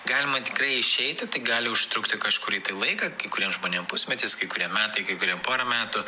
galima tikrai išeiti tai gali užtrukti kažkurį tai laiką kai kuriem žmonėm pusmetis kai kuriem metai kai kuriem porą metų